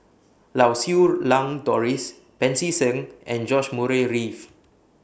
Lau Siew Lang Doris Pancy Seng and George Murray Reith